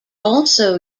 also